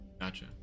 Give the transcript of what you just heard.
Gotcha